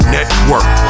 Network